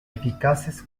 eficaces